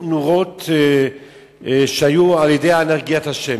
נורות שמופעלות על-ידי אנרגיית השמש.